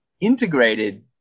integrated